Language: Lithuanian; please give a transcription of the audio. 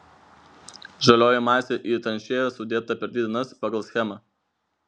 žalioji masė į tranšėjas sudėta per dvi dienas pagal schemą